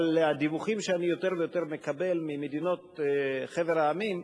אבל הדיווחים שאני יותר ויותר מקבל ממדינות חבר העמים,